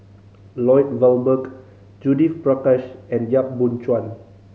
Lloyd Valberg Judith Prakash and Yap Boon Chuan